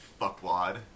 fuckwad